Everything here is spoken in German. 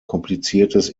kompliziertes